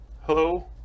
Hello